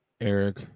Eric